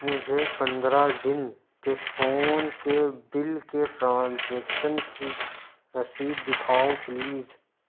مجھے پندرہ دن کے فون کے بل کے ٹرانزیکشن کی رسید دکھاؤ پلیز